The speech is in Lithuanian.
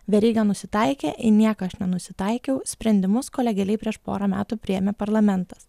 veryga nusitaikė į nieką aš nenusitaikiau sprendimus kolegialiai prieš porą metų priėmė parlamentas